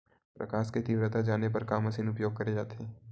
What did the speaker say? प्रकाश कि तीव्रता जाने बर का मशीन उपयोग करे जाथे?